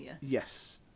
Yes